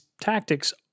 tactics